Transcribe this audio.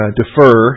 defer